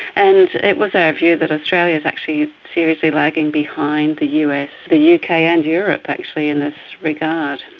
and it was our view that australia is actually seriously lagging behind the us, the yeah uk ah and europe actually in this ah regard.